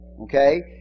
Okay